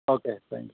okay thank you